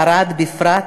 ולערד בפרט,